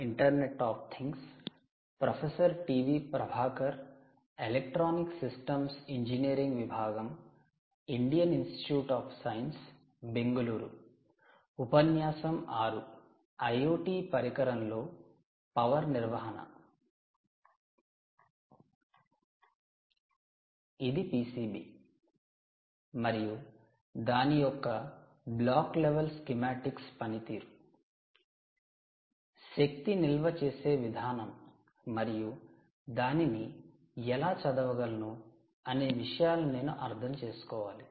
ఇది పిసిబి మరియు దాని యొక్క బ్లాక్ లెవల్ స్కీమాటిక్స్ పనితీరు శక్తి నిల్వ చేసే విధానం మరియు దానిని ఎలా చదవగలను అనే విషయాలను నేను అర్థంచేసుకోవాలి